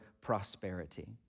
prosperity